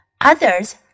Others